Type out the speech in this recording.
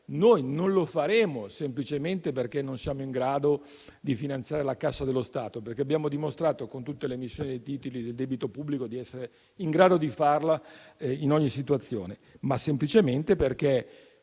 non lo faremo semplicemente perché non siamo in grado di finanziare le casse dello Stato (abbiamo infatti dimostrato, con tutte le emissioni di titoli del debito pubblico, di essere in grado di farlo in ogni situazione), ma semplicemente perché